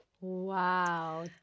wow